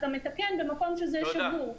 אנחנו מתקנים במקום שזה שבור.